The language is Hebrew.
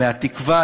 מ"התקווה",